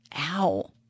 Ow